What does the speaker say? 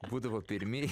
būdavo pirmi